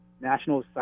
National